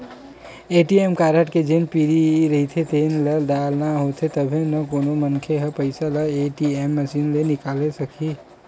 ATM card के जेन PIN रहिथे तेन ल डालना होथे तभे कोनो मनखे ह पइसा ल ए.टी.एम मसीन ले निकाले सकही